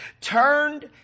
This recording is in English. turned